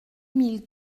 mille